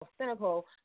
cynical